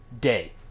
day